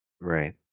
right